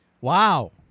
Wow